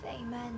Amen